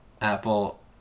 Apple